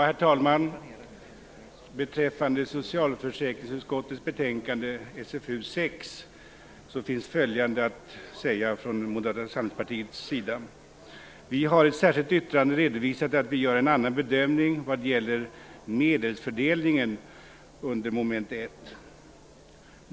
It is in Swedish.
Herr talman! Beträffande socialförsäkringsutskottets betänkande SfU6 finns följande att säga från Vi har i ett särskilt yttrande redovisat att vi gör en annan bedömning vad gäller medelsfördelningen under mom. 1.